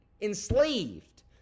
enslaved